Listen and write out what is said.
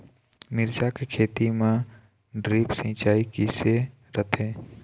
मिरचा के खेती म ड्रिप सिचाई किसे रथे?